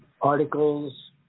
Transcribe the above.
articles